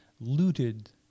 looted